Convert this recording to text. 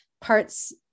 parts